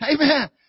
Amen